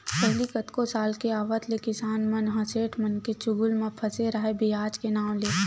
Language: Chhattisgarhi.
पहिली कतको साल के आवत ले किसान मन ह सेठ मनके चुगुल म फसे राहय बियाज के नांव ले